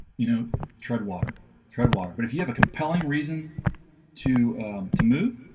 you know tread water tread water, but if you have a compelling reason to to move